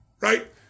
right